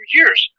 years